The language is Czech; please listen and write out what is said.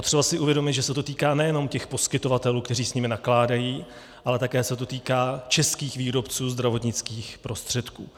Je potřeba si uvědomit, že se to týká nejenom těch poskytovatelů, kteří s nimi nakládají, ale také se to týká českých výrobců zdravotnických prostředků.